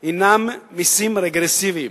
הם מסים רגרסיביים.